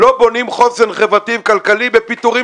לא בונים חוסן חברתי וכלכלי בפיטורים